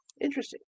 Interesting